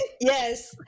Yes